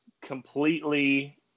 completely